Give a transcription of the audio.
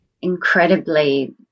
incredibly